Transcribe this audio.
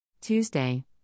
Tuesday